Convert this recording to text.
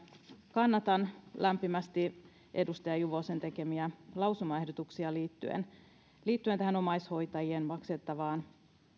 kannatan lämpimästi edustaja juvosen tekemiä lausumaehdotuksia liittyen liittyen tähän omaishoitajille maksettavaan